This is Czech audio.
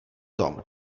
tom